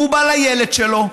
הוא בא לילד שלו,